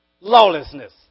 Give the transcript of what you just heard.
Lawlessness